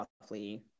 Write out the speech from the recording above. roughly